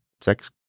sex